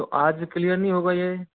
तो आज क्लियर नहीं होगा ये